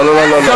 לא, לא, לא.